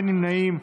אין נמנעים.